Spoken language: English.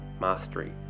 mastery